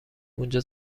اونجا